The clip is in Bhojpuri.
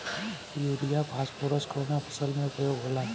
युरिया फास्फोरस कवना फ़सल में उपयोग होला?